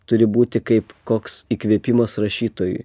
turi būti kaip koks įkvėpimas rašytojui